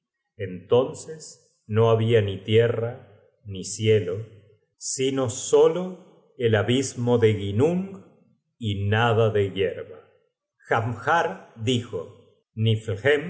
entonces no habia ni tierra ni cielo sino solo el abismo de ginnung y nada de yerba jafnhar dijo